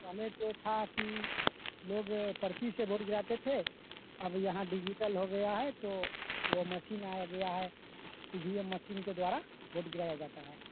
पहले तो था कि लोग पर्ची से भोट गिराते थे अब यहाँ डिजिटल हो गया है तो वह मशीन आ गया है ई वी एम मशीन के द्वारा वोट गिराया जाता है